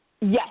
Yes